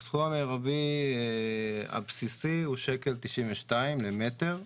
הסכום המרבי הבסיסי הוא 1.92 שקלים למטר.